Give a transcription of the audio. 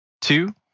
two